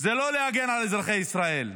זה לא להגן על אזרחי ישראל,